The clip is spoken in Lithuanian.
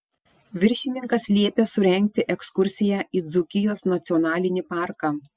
viršininkas liepė surengti ekskursiją į dzūkijos nacionalinį parką